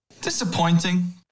Disappointing